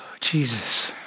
Jesus